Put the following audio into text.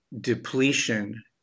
depletion